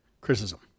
criticism